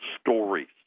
stories